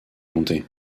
monté